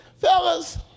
Fellas